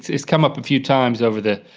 it's come up a few times over the